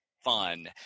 fun